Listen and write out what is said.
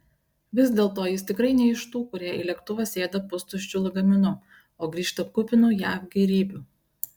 vis dėlto jis tikrai ne iš tų kurie į lėktuvą sėda pustuščiu lagaminu o grįžta kupinu jav gėrybių